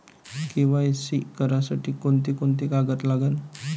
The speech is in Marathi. के.वाय.सी करासाठी कोंते कोंते कागद लागन?